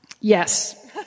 yes